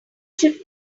should